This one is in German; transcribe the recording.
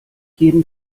jeden